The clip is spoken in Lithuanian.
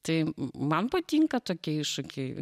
tai man patinka tokie iššūkiai